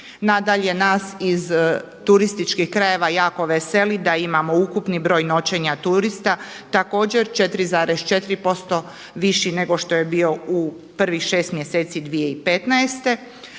Nadalje nas iz turističkih krajeva jako veseli da imamo ukupni broj noćenja turista, također 4,4% viši nego što je bio u prvih šest mjeseci 2015.